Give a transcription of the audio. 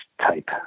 type